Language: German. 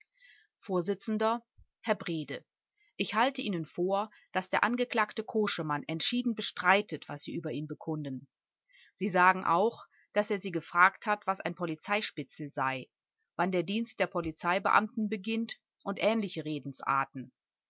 vors herr brede ich halte ihnen vor daß der angeklagte koschemann entschieden bestreitet was sie über ihn bekunden sie sagen auch daß er sie gefragt hat was ein polizeispitzel sei wann der dienst der polizeibeamten beginnt und ähnliche redensarten